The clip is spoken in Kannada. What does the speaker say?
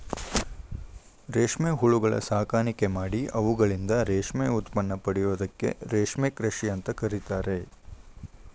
ರೇಷ್ಮೆ ಹುಳಗಳ ಸಾಕಾಣಿಕೆ ಮಾಡಿ ಅವುಗಳಿಂದ ರೇಷ್ಮೆ ಉತ್ಪನ್ನ ಪಡೆಯೋದಕ್ಕ ರೇಷ್ಮೆ ಕೃಷಿ ಅಂತ ಕರೇತಾರ